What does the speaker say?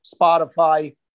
Spotify